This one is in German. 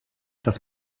das